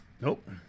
Nope